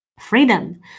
freedom